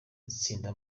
itsinda